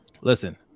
listen